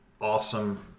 awesome